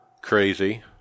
crazy